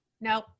no